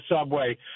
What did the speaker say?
subway